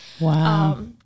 Wow